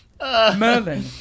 Merlin